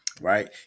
right